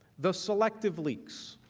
the selective leaks,